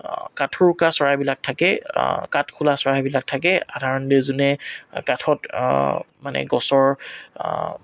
কাঠোৰোকা চৰাইবিলাক থাকে কাঠখোলা চৰাইবিলাক থাকে সাধাৰণতে যোনে কাঠত মানে গছৰ